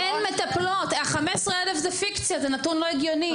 אין מטפלות, 15,000 זה פיקציה, זה נתון לא הגיוני.